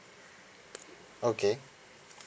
okay